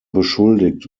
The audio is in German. beschuldigt